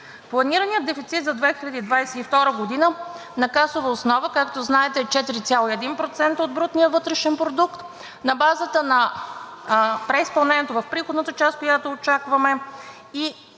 Планираният дефицит за 2022 г. на касова основа, както знаете, е 4,1% от брутния вътрешен продукт на базата на преизпълнението в приходната част, която очакваме,